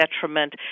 detriment